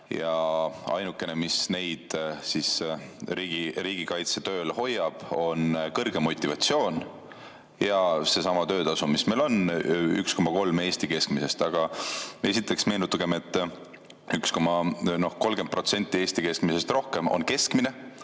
ja ainukene, mis neid riigikaitsetööl hoiab, on kõrge motivatsioon ja seesama töötasu, mis on 1,3 Eesti keskmist. Aga esiteks meenutagem, et 30% Eesti keskmisest rohkem on